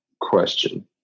question